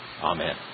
Amen